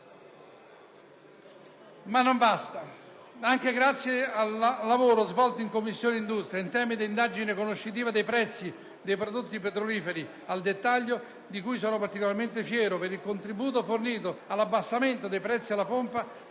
Ma non basta. Anche grazie al lavoro svolto in Commissione industria attraverso l'indagine conoscitiva sui prezzi dei prodotti petroliferi al dettaglio, di cui sono particolarmente fiero per il contributo fornito all'abbassamento dei prezzi alla pompa,